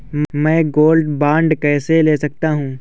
मैं gold bond कैसे ले सकता हूँ?